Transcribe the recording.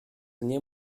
nie